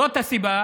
זאת הסיבה